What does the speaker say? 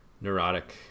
neurotic